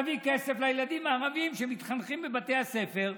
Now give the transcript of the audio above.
תביא כסף לילדים הערבים שמתחנכים בבתי הספר,